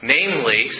Namely